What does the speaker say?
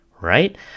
right